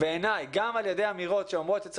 בעיניי גם על ידי אמירות שאומרות שצריך